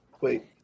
Wait